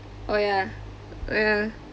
oh yeah oh ya